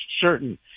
certain